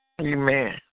Amen